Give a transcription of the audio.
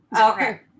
Okay